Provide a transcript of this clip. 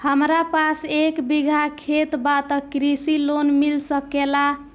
हमरा पास एक बिगहा खेत बा त कृषि लोन मिल सकेला?